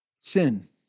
sin